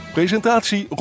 Presentatie